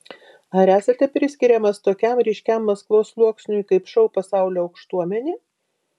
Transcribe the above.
ar esate priskiriamas tokiam ryškiam maskvos sluoksniui kaip šou pasaulio aukštuomenė